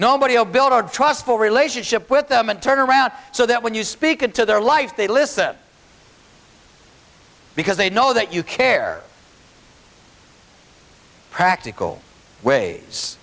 nobody oh billboard trustful relationship with them and turn around so that when you speak into their life they listen because they know that you care practical ways